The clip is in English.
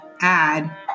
add